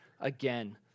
again